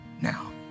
now